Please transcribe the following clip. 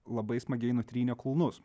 labai smagiai nutrynė kulnus